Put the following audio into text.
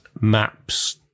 maps